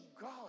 God